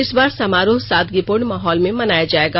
इस बार समारोह सादगीपूर्ण माहौल में मनाया जायेगा